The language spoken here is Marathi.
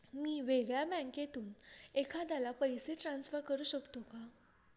मी वेगळ्या बँकेतून एखाद्याला पैसे ट्रान्सफर करू शकतो का?